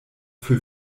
für